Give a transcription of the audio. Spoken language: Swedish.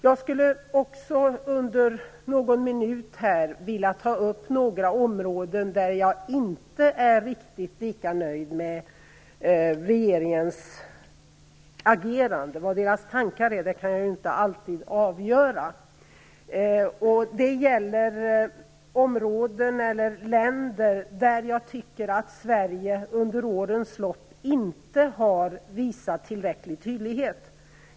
Jag vill också under någon minut ta upp några områden där jag inte är riktigt lika nöjd med regeringens agerande. Vad deras tankar är kan jag ju inte alltid avgöra. Det gäller områden eller länder där jag tycker att Sverige under årens lopp inte har visat tillräcklig tydlighet.